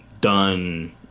done